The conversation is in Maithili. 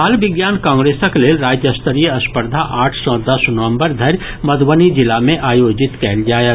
बाल विज्ञान कांग्रेसक लेल राज्य स्तरीय स्पर्धा आठ सॅ दस नवम्बर धरि मधुबनी जिला मे आयोजित कयल जायत